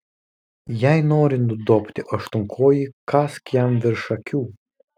jei nori nudobti aštuonkojį kąsk jam virš akių